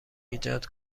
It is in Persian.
ایجاد